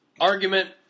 Argument